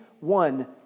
one